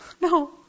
No